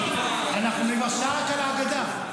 אנחנו כבר שעה רק על ההגדה.